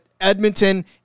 Edmonton